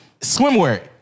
Swimwear